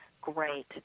great